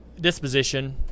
Disposition